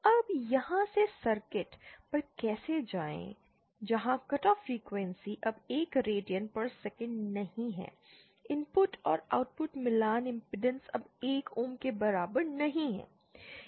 अब यहां से सर्किट पर कैसे जाएं जहां कट ऑफ फ्रीक्वेंसी अब 1 रेडियन प्रति सेकंड नहीं है इनपुट और आउटपुट मिलान इमपेडेंस अब 1 ओम के बराबर नहीं हैं